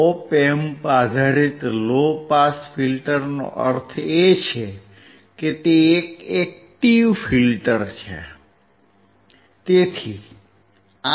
ઓપ amp આધારિત low pass ફિલ્ટરનો અર્થ એ છે કે તે એક એક્ટીવ ફિલ્ટર છે